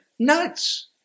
nuts